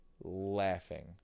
laughing